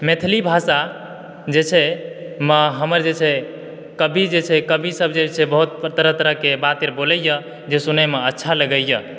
मैथिली भाषा जे छै हमर जे छै कवि जे छै कविसभ जे छै बहुत तरह तरहके बाते बोलयए जे सुनयमे अच्छा लगयए